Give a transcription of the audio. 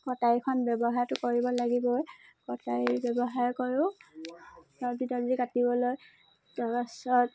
কটাৰীখন ব্যৱহাৰটো কৰিব লাগিবই কটাৰী ব্যৱহাৰ কৰোঁ আৰু কিবা কিবি কাটিবলৈ তাৰপাছত